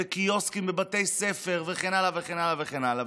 וקיוסקים בבתי ספר וכן הלאה וכן הלאה וכן הלאה.